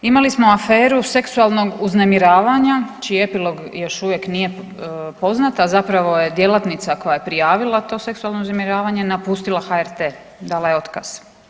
Imali smo aferu seksualnog uznemiravanja čiji epilog još uvijek nije poznat, a zapravo je djelatnica koja je prijavila to seksualno uznemiravanje napustila HRT, dala je otkaz.